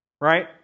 right